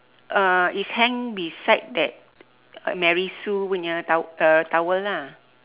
uh it's hanged beside that uh Mary Sue punya to~ uh towel lah